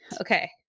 Okay